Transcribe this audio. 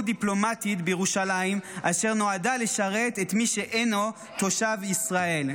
דיפלומטית בירושלים אשר נועדה לשרת את מי שאינו תושב ישראל,